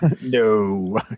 No